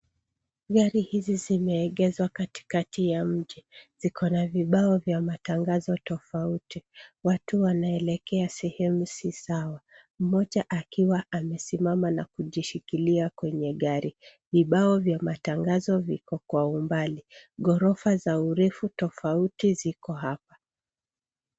Gari hizi zimeegeshwa katikati ya mji. Ziko na vibao vya amatangazo tofauti. Watu wanaelekea sehemu si sawa, mmoja akiwa amesimama na kujishikilia kwenye gari. Vibao vya matangazo viko kwa umbali. Ghorofa za urefu tofauti ziko hapa.